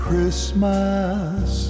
Christmas